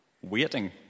waiting